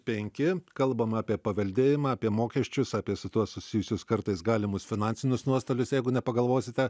penki kalbam apie paveldėjimą apie mokesčius apie su tuo susijusius kartais galimus finansinius nuostolius jeigu nepagalvosite